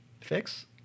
fix